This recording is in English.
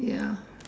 ya